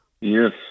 Yes